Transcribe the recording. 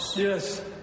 yes